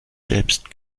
selbst